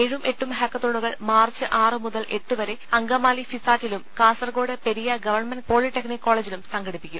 ഏഴും എട്ടും ഹാക്കത്തോണുകൾ മാർച്ച് ആറു മുതൽ എട്ടുവരെ അങ്കമാലി ഫിസാറ്റിലും കാസർകോട് പെരിയ ഗവൺമെന്റ് പോളിടെക്നിക്ക് കോളേജിലും സംഘടിപ്പിക്കും